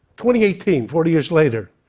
twenty eighteen, forty years later.